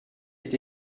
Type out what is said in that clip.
est